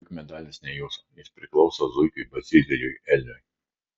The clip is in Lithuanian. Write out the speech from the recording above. juk medalis ne jūsų jis priklauso zuikiui bazilijui elniui